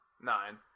Nine